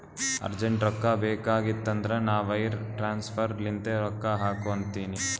urgent ರೊಕ್ಕಾ ಬೇಕಾಗಿತ್ತಂದ್ರ ನಾ ವೈರ್ ಟ್ರಾನ್ಸಫರ್ ಲಿಂತೆ ರೊಕ್ಕಾ ಹಾಕು ಅಂತಿನಿ